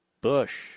Bush